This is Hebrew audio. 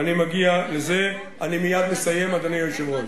אני מייד מסיים, אדוני היושב-ראש.